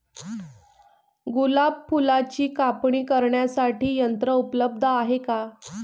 गुलाब फुलाची कापणी करण्यासाठी यंत्र उपलब्ध आहे का?